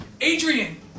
Adrian